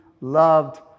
loved